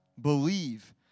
Believe